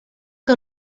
que